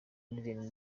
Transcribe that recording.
n’izindi